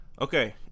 Okay